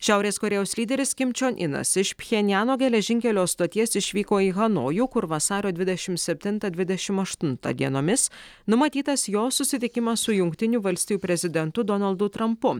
šiaurės korėjos lyderis kim čion inas iš pjenjano geležinkelio stoties išvyko į hanojų kur vasario dvidešimt septintą dvidešimt aštuntą dienomis numatytas jo susitikimas su jungtinių valstijų prezidentu donaldu trampu